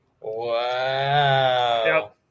Wow